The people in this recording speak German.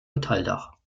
metalldach